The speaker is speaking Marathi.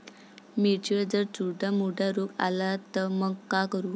मिर्चीवर जर चुर्डा मुर्डा रोग आला त मंग का करू?